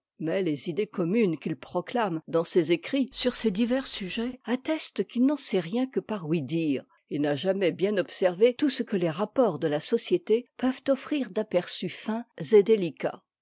mais les idées communes qu'il proclame dans ses écrits sur ces divers sujets attestent qu'il n'en sait rien que par ouï-dire et n'a jamais bien observé tout ce que les rapports de la société peuvent offrir d'aperçus fins et